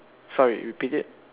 sorry repeat it